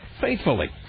faithfully